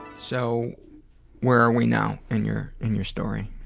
so where are we now in your in your story?